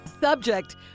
Subject